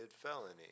felony